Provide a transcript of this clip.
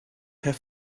herr